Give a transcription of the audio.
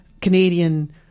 Canadian